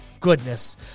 goodness